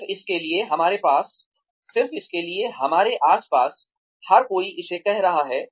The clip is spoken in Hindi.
सिर्फ इसलिए हमारे आसपास हर कोई इसे कर रहा है